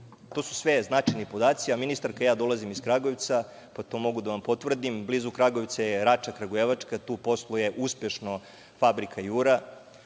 To su sve značajni podaci. Ministarka, ja dolazim iz Kragujevca, pa to mogu da vam potvrdim. Blizu Kragujevca je Rača Kragujevačka i tu posluje uspešno Fabrika „Jura“.